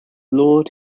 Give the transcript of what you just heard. lord